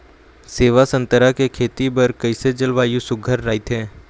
सेवा संतरा के खेती बर कइसे जलवायु सुघ्घर राईथे?